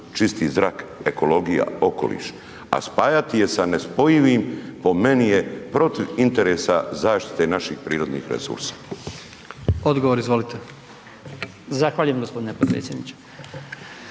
čisti zrak, ekologija, okoliš. A spajati je sa nespojivim po meni je protiv interesa zaštite naših prirodnih resursa. **Bačić, Branko (HDZ)** Zahvaljujem g. predsjedniče.